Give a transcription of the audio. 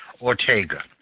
Ortega